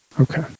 okay